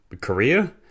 Korea